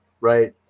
right